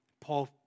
Paul